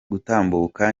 gutambuka